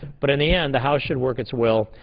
but and the and the house should work its will.